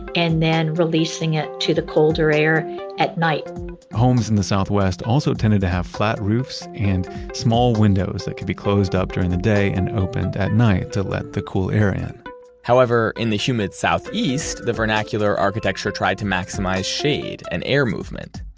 and then releasing it to the colder air at night homes in the southwest also tended to have flat roofs and small windows that could be closed up during the day and opened at night to let the cool air in however, in the humid southeast, the vernacular architecture tried to maximize shade and air movement.